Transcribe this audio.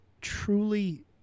truly